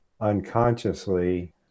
unconsciously